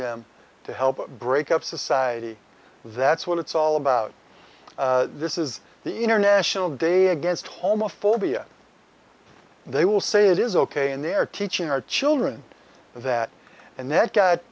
them to help break up society that's what it's all about this is the international day against homophobia they will say it is ok and they're teaching our children that and